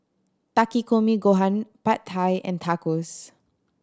Takikomi Gohan Pad Thai and Tacos